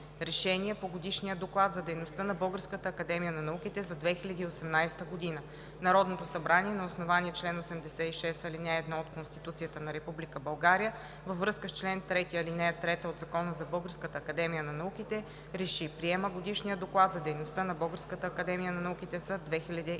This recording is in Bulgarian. РЕШЕНИЕ по Годишния доклад за дейността на Българската академия на науките за 2018 г. Народното събрание на основание чл. 86, ал. 1 от Конституцията на Република България във връзка с чл. 3, ал. 3 от Закона за Българската академия на науките РЕШИ: Приема Годишния доклад за дейността на Българската академия на науките за 2018 г.“